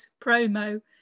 promo